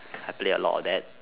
I play a lot of that